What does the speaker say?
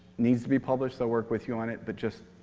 needs to be published, they'll work with you on it. but just,